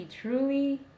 truly